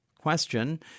question